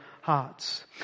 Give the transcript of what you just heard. hearts